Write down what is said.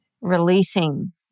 releasing